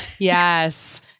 Yes